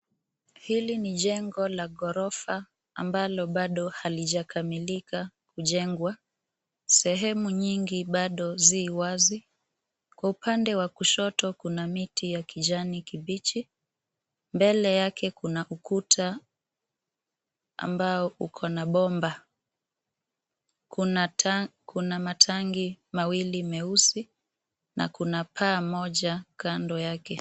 Hili ni jengo la ghorofa ambalo bado halijakamilika kujengwa. Sehemu nyingi bado zi wazi. Kwa upande wa kushoto kuna miti ya kijani kibichi. Mbele yake kuna ukuta ambao ukona bomba. Kuna ta kuna matangi mawili meusi, na kuna paa moja kando yake.